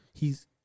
hes